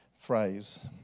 phrase